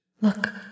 Look